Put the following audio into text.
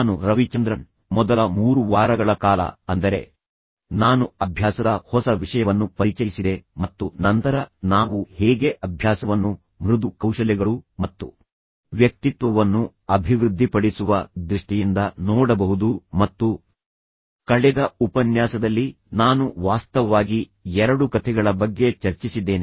ನಾನು ರವಿಚಂದ್ರನ್ ನಿಮಗೆ ಈ ಕೋರ್ಸ್ ನೀಡುತ್ತಿದ್ದೇನೆ ಮೊದಲ ಮೂರು ವಾರಗಳ ಕಾಲ ಮೂರನೇ ವಾರದಲ್ಲಿ ಅಂದರೆ ನಾನು ಅಭ್ಯಾಸದ ಹೊಸ ವಿಷಯವನ್ನು ಪರಿಚಯಿಸಿದೆ ಮತ್ತು ನಂತರ ನಾವು ಹೇಗೆ ಅಭ್ಯಾಸವನ್ನು ಮೃದು ಕೌಶಲ್ಯಗಳು ಮತ್ತು ವ್ಯಕ್ತಿತ್ವವನ್ನು ಅಭಿವೃದ್ಧಿಪಡಿಸುವ ದೃಷ್ಟಿಯಿಂದ ನೋಡಬಹುದು ಮತ್ತು ಕಳೆದ ಉಪನ್ಯಾಸದಲ್ಲಿ ನಾನು ವಾಸ್ತವವಾಗಿ ಎರಡು ಕಥೆಗಳ ಬಗ್ಗೆ ಚರ್ಚಿಸಿದ್ದೇನೆ